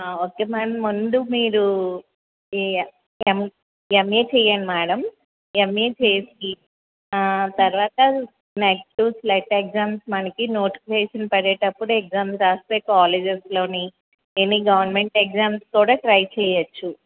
okay madam ముందు మీరు M MA చెయ్యండి మ్యాడం ఎమ్ఏ చేసి తరువాత నెట్ స్లెట్ ఎగ్జామ్స్కి మనకి నోటిఫికేషన్ పడేటప్పుడు ఎగ్జామ్స్ రాస్తే కాలేజెస్లోని ఎనీ గవర్న్మెంట్ ఎగ్జామ్స్ కూడా ట్రై చెయ్యచ్చు